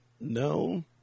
No